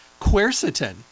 Quercetin